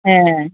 হ্যাঁ